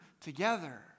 together